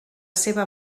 seva